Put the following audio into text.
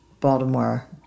Baltimore